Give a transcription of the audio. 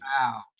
Wow